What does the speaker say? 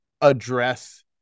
address